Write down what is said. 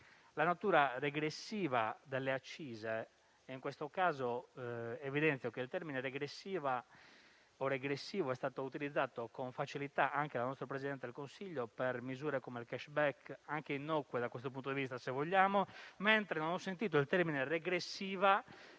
la natura regressiva delle accise. È evidente che il termine «regressivo» è stato utilizzato con facilità anche dal nostro Presidente del Consiglio per misure come il *cashback*, anche innocue da questo punto di vista - se vogliamo - mentre non ho sentito il termine «regressiva»